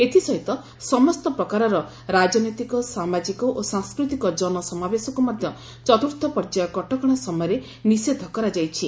ଏଥିସହିତ ସମସ୍ତ ପ୍ରକାରର ରାଜନୈତିକ ସାମାଜିକ ଓ ସାଂସ୍କୃତିକ ଜନସମାବେଶକୁ ମଧ୍ୟ ଚତୁର୍ଥ ପର୍ଯ୍ୟାୟ କଟକଣା ସମୟରେ ନିଷେଧ କରାଯାଇଛି